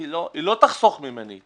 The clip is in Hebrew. היא לא תחסוך ממני.